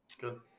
Good